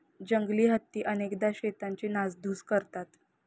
जंगली हत्ती अनेकदा शेतांची नासधूस करतात